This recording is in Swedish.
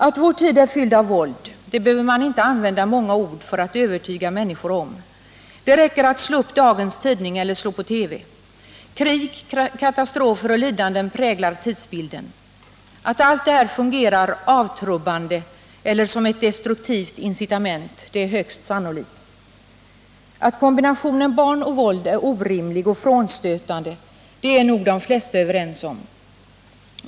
Att vår tid är fylld av våld behöver man inte använda många ord för att övertyga människor om. Det räcker att slå upp dagens tidning eller slå på TV. Krig, katastrofer och lidanden präglar tidsbilden. Att allt detta fungerar avtrubbande eller som ett destruktivt incitament är högst sannolikt. Att kombinationen barn och våld är orimlig och frånstötande är nog de flesta överens om.